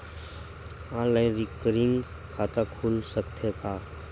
Online recurring खाता खुल सकथे का?